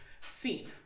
Scene